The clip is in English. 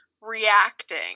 reacting